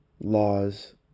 laws